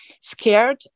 scared